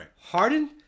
Harden